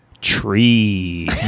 tree